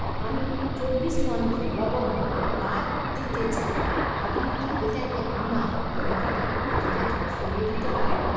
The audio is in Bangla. আমি চব্বিশ মন্ত্র লবঙ্গ বাদ দিতে চাই আপনি কি এটাকে আমার কেনাকাটার তালিকা থেকে সরিয়ে দিতে পারেন